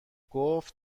گفت